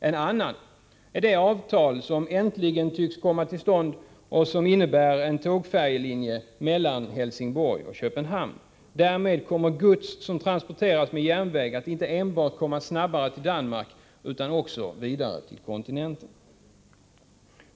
En annan är det avtal som äntligen tycks komma till stånd och som innebär en tågfärjelinje mellan Helsingborg och Köpenhamn. Därmed kommer gods som transporteras med järnväg att inte enbart komma snabbare till Danmark utan också vidare till kontinenten.